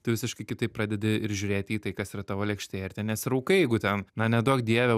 tu visiškai kitaip pradedi ir žiūrėti į tai kas yra tavo lėkštėje ir ten nesiraukai jeigu ten na neduok dieve